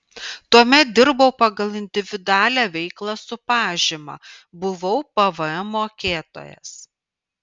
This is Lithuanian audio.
tuomet dirbau pagal individualią veiklą su pažyma buvau pvm mokėtojas